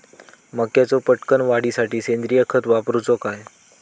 मक्याचो पटकन वाढीसाठी सेंद्रिय खत वापरूचो काय?